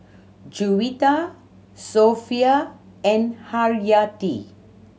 Juwita Sofea and Haryati